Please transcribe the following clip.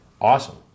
Awesome